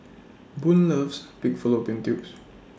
Boone loves Pig Fallopian Tubes